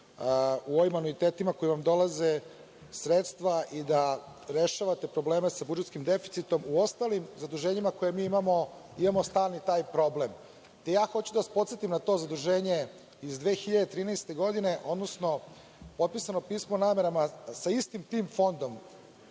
u ovim anuitetima koji vam dolaze sredstva i da rešavate probleme sa budžetskim deficitom, u ostalim zaduženjima koje mi imamo, imamo stalni taj problem. Ja hoću da vas podsetim na to zaduženje iz 2013. godine, odnosno potpisano pismo o namerama sa istim tim fondom